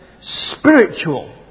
spiritual